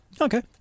Okay